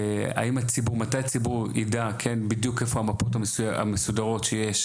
מתי הציבור יידע בדיוק איפה המפות המסודרות שיש